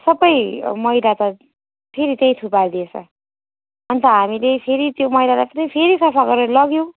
सबै मैला त फेरि त्यहीँ थुपारिदिएछ अनि त हामीले फेरि त्यो मैलालाई फेरि सफा गरेर लग्यौँ